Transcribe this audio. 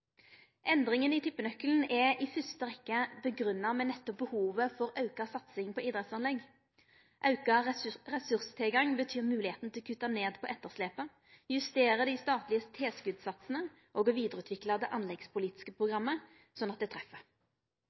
i tippenøkkelen er i første rekke grunna i behovet for auka satsing på idrettsanlegg. Auka ressurstilgang betyr moglegheit for å kutte ned på etterslepet, justere dei statlege satsane for tilskot og å utvikle det anleggspolitiske programmet vidare, slik at det treffer.